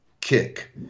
Kick